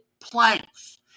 planks